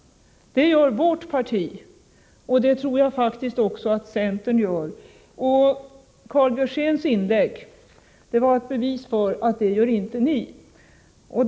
Det gör vårt parti och det tror jag att centern också gör. Karl Björzéns inlägg var ett bevis för att det gör inte moderaterna.